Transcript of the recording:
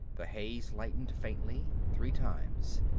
the haze lightened faintly, three times.